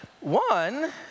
One